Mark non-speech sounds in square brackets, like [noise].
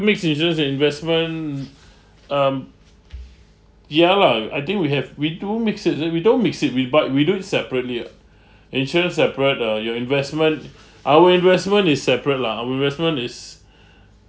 mix insurance and investment um ya lah I think we have we do mix insur~ we don't mix it with but we do it separately ah [breath] insurance separate uh your investment our investment is separate lah our investment is [breath]